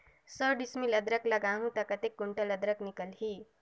सौ डिसमिल अदरक लगाहूं ता कतेक कुंटल अदरक निकल ही?